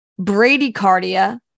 bradycardia